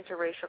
interracial